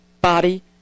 body